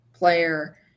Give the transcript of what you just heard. player